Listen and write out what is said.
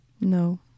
No